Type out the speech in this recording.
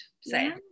say